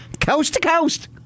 coast-to-coast